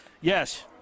Yes